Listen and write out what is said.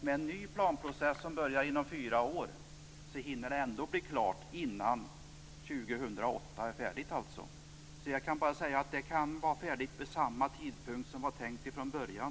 Med en ny planprocess som börjar inom fyra år hinner det ändå bli klart innan 2008. Jag kan bara säga att vägen kan vara färdig vid samma tidpunkt som det var tänkt från början.